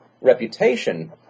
reputation